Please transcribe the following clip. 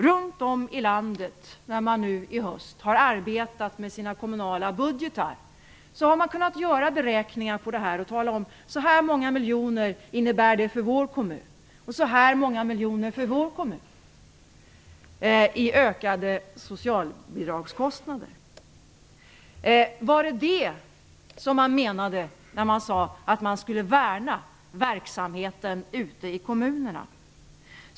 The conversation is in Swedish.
Runt om i landet, när man nu i höst har arbetat med sina kommunala budgetar, har man kunnat göra beräkningar på det här och tala om: Så här många miljoner innebär det för vår kommun, och så här många miljoner för vår kommun, i ökade socialbidragskostnader. Var det det man menade när man sade att man skulle värna verksamheten ute i kommunerna?